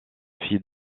fille